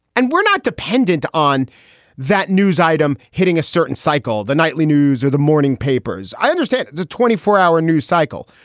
and we're not dependent on that news item hitting a certain cycle. the nightly news or the morning papers, i understand the twenty four hour news cycle,